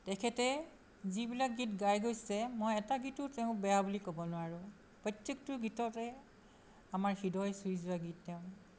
তেখেতে যিবিলাক গীত গাই গৈছে মই এটা গীতো তেওঁ বেয়া বুলি ক'ব নোৱাৰোঁ প্ৰত্যেকটো গীততে আমাৰ হৃদয় চুই যোৱা গীত তেওঁ